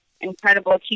incredible